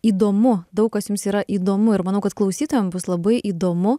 įdomu daug kas jums yra įdomu ir manau kad klausytojam bus labai įdomu